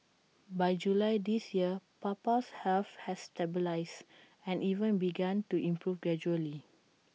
by July this year Papa's health had stabilised and even begun to improve gradually